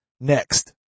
Next